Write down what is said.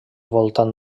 voltant